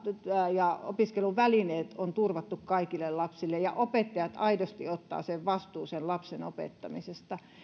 ja opiskeluvälineet on turvattu kaikille lapsille ja opettajat aidosti ottavat vastuun lapsen opettamisesta